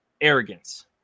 arrogance